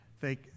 thank